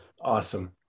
Awesome